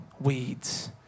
Weeds